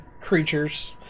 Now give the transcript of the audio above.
creatures